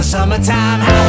Summertime